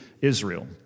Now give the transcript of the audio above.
Israel